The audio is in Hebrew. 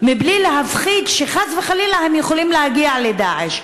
בלי להפחיד שחס וחלילה הם יכולים להגיע ל"דאעש".